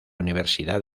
universidad